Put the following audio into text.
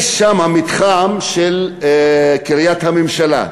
יש שם מתחם של קריית הממשלה,